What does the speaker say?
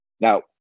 now